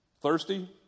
thirsty